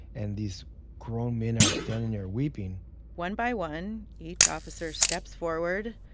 and these grown men are standing there weeping one by one, each officer steps forward,